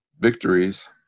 victories